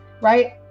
right